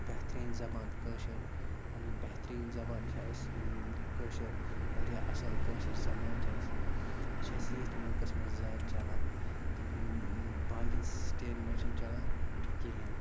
بہتریٖن زَبان کٲشِر پَنٕنۍ بہتریٖن زَبان چھِ اَسہِ کٲشِر واریاہ اَصٕل کٲشِر زَبان چھِ اَسہِ یہِ چھِ اَسہِ ییٚتھۍ مٕلکَس منٛز زیادٕ چَلان تہٕ باقِیَن سِٹیَن منٛز چھِنہٕ چَلان کِہیٖنۍ